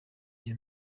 iyo